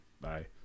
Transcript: Bye